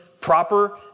proper